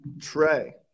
Trey